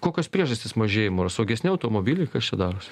kokios priežastys mažėjimo ar saugesni automobiliai kas čia darosi